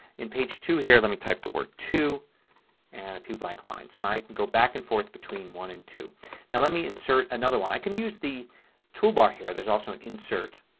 in page two here, let me type the word two and a few blanks lines, and i can go back and forth between one and two. now let me insert another one. i can use the toolbar here. there's also an insert.